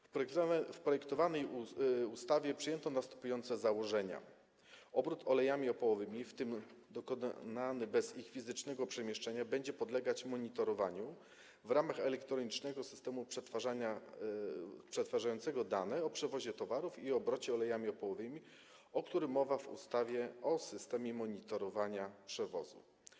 W projektowanej ustawie przyjęto następujące założenia: obrót olejami opałowymi, w tym dokonany bez ich fizycznego przemieszczenia, będzie podlegać monitorowaniu w ramach elektronicznego systemu przetwarzającego dane o przewozie towarów i obrocie olejami opałowymi, o czym mowa w ustawie o systemie monitorowania przewozu.